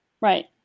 right